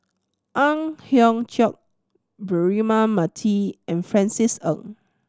Ang Hiong Chiok Braema Mathi and Francis Ng